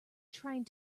trying